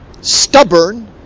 stubborn